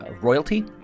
royalty